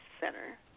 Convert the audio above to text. Center